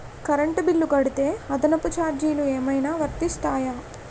Current bill కడితే అదనపు ఛార్జీలు ఏమైనా వర్తిస్తాయా?